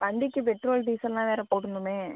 வண்டிக்கு பெட்ரோல் டீசலெல்லாம் வேறு போடணுமே